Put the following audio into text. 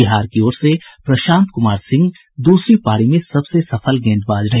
बिहार की ओर से प्रशांत कुमार सिंह दूसरी पारी में सबसे सफल गेंदबाज रहे